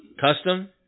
Custom